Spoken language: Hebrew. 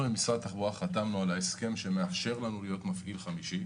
חתמנו עם משרד התחבורה על הסכם שמאפשר לנו להיות מפעיל חמישי.